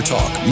Talk